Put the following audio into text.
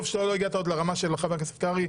טוב שעוד לא הגעת לרמה של חבר הכנסת קרעי,